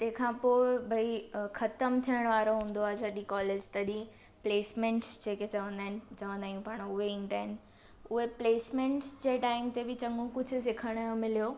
तंहिंखां पोइ भई ख़तम थियण वारो हूंदो आहे जॾहिं कॉलेज तॾहिं प्लेसमेंट्स जेके चवंदा आहिनि चवंदा आहियूं पाण उहे ईंदा आहिनि उहे प्लेसमेंट्स जे टाइम ते बि चङो कुझु सिखण मिलियो